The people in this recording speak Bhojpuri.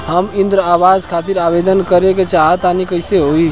हम इंद्रा आवास खातिर आवेदन करे क चाहऽ तनि कइसे होई?